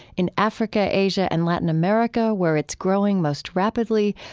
in africa, asia, and latin america, where it's growing most rapidly,